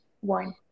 one